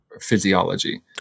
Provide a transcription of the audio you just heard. physiology